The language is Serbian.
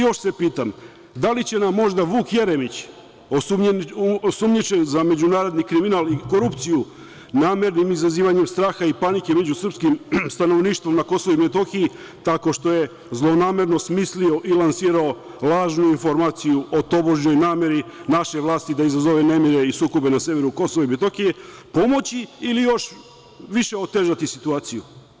Još se pitam, da li će nam možda Vuk Jeremić, osumnjičen za međunarodni kriminal i korupciju, namernim izazivanjem straha i panike među srpskim stanovništvom na Kosovu i Metohiji, tako što je zlonamerno smislio i lansirao lažnu informaciju o tobožnjoj nameri naše vlasti da izazove nemire i sukobe na severu Kosova i Metohije, pomoći ili još više otežati situaciju?